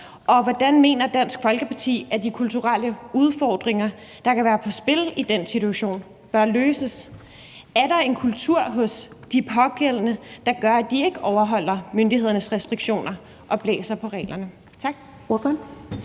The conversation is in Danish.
Og hvordan mener Dansk Folkeparti at de kulturelle udfordringer der kan være på spil i den situation bør løses? Er der en kultur hos de pågældende, der gør, at de ikke overholder myndighedernes restriktioner og blæser på reglerne?